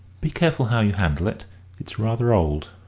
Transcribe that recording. be careful how you handle it it's rather old.